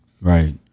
Right